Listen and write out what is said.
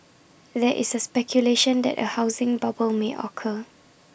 there is A speculation that A housing bubble may occur